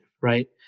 right